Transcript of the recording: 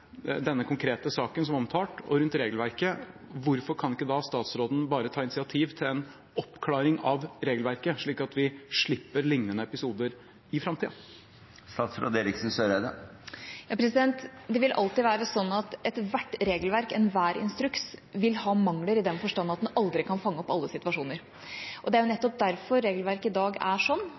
denne konkrete saken som er omtalt, og rundt regelverket, hvorfor kan ikke da statsråden bare ta initiativ til en oppklaring av regelverket slik at vi slipper lignende episoder i framtida? Det vil alltid være sånn at ethvert regelverk, enhver instruks, vil ha mangler i den forstand at en aldri kan fange opp alle situasjoner. Det er nettopp derfor regelverket i dag er sånn